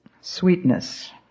sweetness